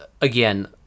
again